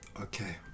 Okay